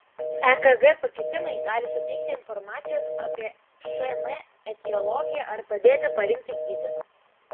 ekg pakitimai gali suteikti informacijos apie šn etiologiją ar padėti parinkti gydymą